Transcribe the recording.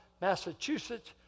Massachusetts